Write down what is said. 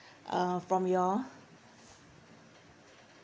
uh from you all